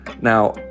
Now